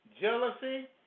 jealousy